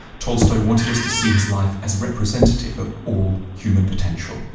tolstoy wanted us to see his life as representative of all human potential,